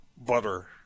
butter